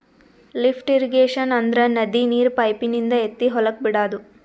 lift irrigation ಅಂದ್ರ ನದಿ ನೀರ್ ಪೈಪಿನಿಂದ ಎತ್ತಿ ಹೊಲಕ್ ಬಿಡಾದು